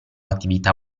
attività